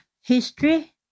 history